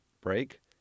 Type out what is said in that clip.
break